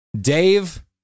Dave